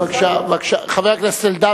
בבקשה, חבר הכנסת אלדד.